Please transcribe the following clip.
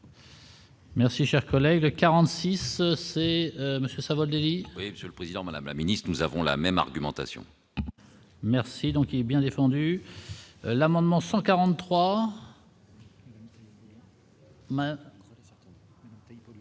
Merci, cher collègue, 46 c'est monsieur Savoldelli, monsieur le Président, Madame la Ministre, nous avons la même argumentation merci donc il est bien défendu. L'amendement 143.